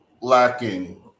Lacking